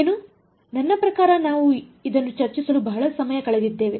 ಏನು ನನ್ನ ಪ್ರಕಾರ ನಾವು ಇದನ್ನು ಚರ್ಚಿಸಲು ಬಹಳ ಸಮಯ ಕಳೆದಿದ್ದೇವೆ